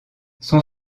son